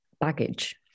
baggage